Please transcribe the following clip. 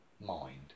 Mind